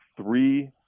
three